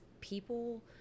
people